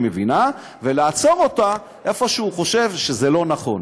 מבינה ולעצור אותה איפה שהוא חושב שזה לא נכון.